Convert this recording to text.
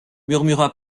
murmura